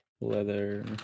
leather